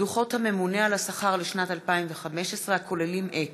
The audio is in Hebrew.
דוחות הממונה על השכר לשנת 2015, הכוללים את